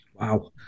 wow